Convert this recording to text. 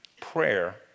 prayer